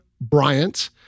Bryant